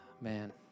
man